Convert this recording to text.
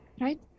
right